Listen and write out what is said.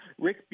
Rick